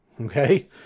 Okay